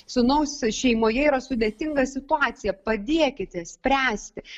sūnaus šeimoje yra sudėtinga situacija padėkite spręsti